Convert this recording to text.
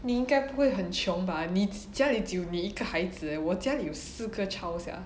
你应该不会很穷吧你家里只有你一个孩子 eh 我家里有四个 child sia